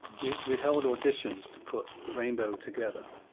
we we held auditions to put rainbow together.